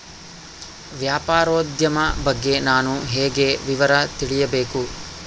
ವ್ಯಾಪಾರೋದ್ಯಮ ಬಗ್ಗೆ ನಾನು ಹೇಗೆ ವಿವರ ತಿಳಿಯಬೇಕು?